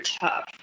tough